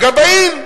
הגבאים.